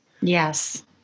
Yes